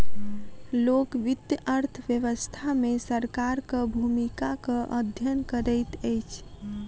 लोक वित्त अर्थ व्यवस्था मे सरकारक भूमिकाक अध्ययन करैत अछि